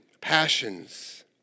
passions